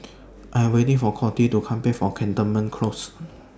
I Am waiting For Codie to Come Back from Cantonment Close